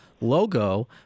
logo